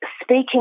speaking